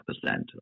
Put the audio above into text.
percent